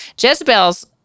Jezebel's